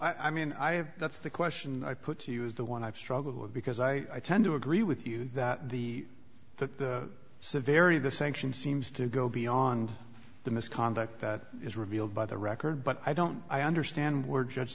i mean i have that's the question i put to you is the one i've struggled with because i tend to agree with you that the the severity of the sanction seems to go beyond the misconduct that is revealed by the record but i don't i understand we're judged